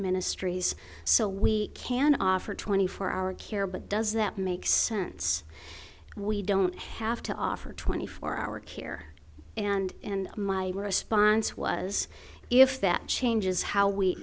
ministries so we can offer twenty four hour care but does that make sense we don't have to offer twenty four hour care and my response was if that changes how we